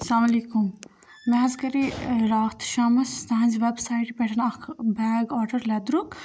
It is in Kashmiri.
اَسلامُ عَلیٖکُم مےٚ کرے راتھ شامَس تہٕنٛزِ وٮ۪بسایٹہِ پٮ۪ٹھ اَکھ بیگ آڈَر لیٚدرُک